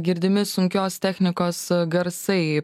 girdimi sunkios technikos garsai